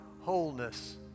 wholeness